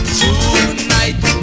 tonight